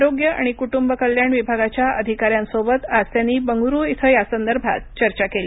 आरोग्य आणि कुटुंब कल्याण विभागाच्या अधिकाऱ्यांसोबत आज त्यांनी बंगळुरु इथं यासंदर्भात चर्चा केली